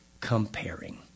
comparing